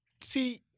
See